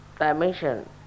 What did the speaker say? dimension